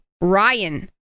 Ryan